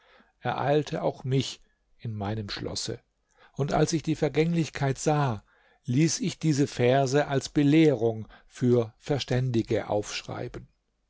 ereilte auch mich in meinem schlosse und als ich die vergänglichkeit sah ließ ich diese verse als belehrung für verständige aufschreiben